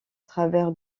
travers